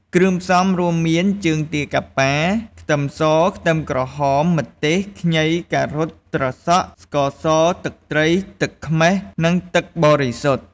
គ្រឿងផ្សំរួមមាន ជើងទាកាប៉ា, ខ្ទឹមស, ខ្ទឹមក្រហម, ម្ទេស, ខ្ញី, ការ៉ុត, ត្រសក់, ស្ករស, ទឹកត្រី, ទឹកខ្មេះ និងទឹកបរិសុទ្ធ។